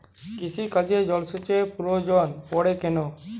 কৃষিকাজে জলসেচের প্রয়োজন পড়ে কেন?